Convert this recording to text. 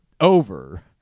over